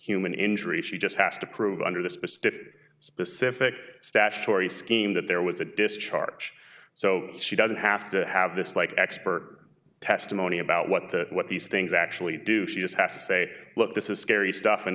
human injury she just has to prove under the specific specific statutory scheme that there was a discharge so she doesn't have to have this like expert testimony about what the what these things actually do she just has to say look this is scary stuff and